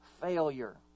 failure